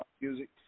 music